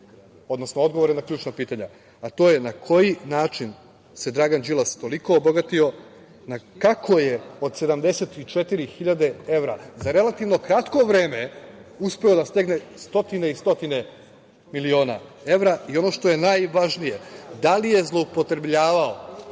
odnosno odgovore na ključna pitanja, a to je na koji način se Dragan Đilas toliko obogatio, kako je od 74 hiljade evra za relativno kratko vreme uspeo da stekne stotine i stotine miliona evra? Ono što je najvažnije, da li je zloupotrebljavao